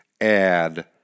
add